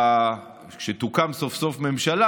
כשתוקם סוף-סוף ממשלה,